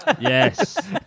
Yes